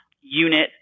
unit